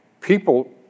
people